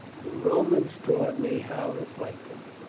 the romans taught me how to fight them.